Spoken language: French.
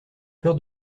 peur